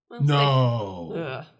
no